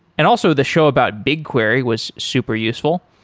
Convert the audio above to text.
and also the show about bigquery was super useful.